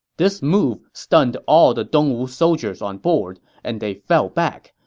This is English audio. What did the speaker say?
this move stunned all the dongwu soldiers on board, and they fell back.